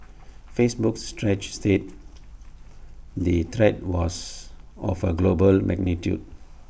Facebook's stretch said the threat was of A global magnitude